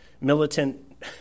militant